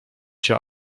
się